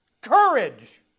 courage